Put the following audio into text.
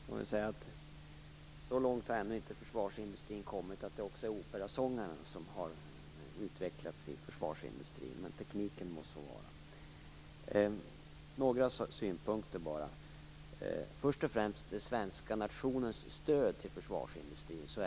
Herr talman! Så långt har försvarsindustrin ännu inte kommit att också operasångarna har utvecklats där, men tekniken må så vara. Några synpunkter bara: Försvarsindustrin får ett omfattande stöd från svenska nationen.